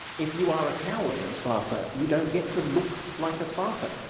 if you are a coward in sparta you don't get to look like a spartan.